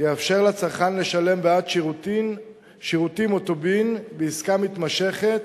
יאפשר לצרכן לשלם בעד שירותים או טובין בעסקה מתמשכת